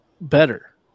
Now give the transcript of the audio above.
better